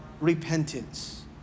repentance